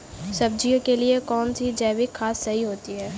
सब्जियों के लिए कौन सी जैविक खाद सही होती है?